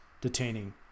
detaining